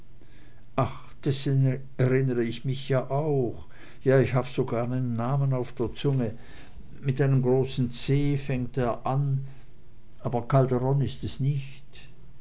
erinnere ich mich auch ja ich habe sogar seinen namen auf der zunge mit einem großen c fängt er an aber calderon ist es nicht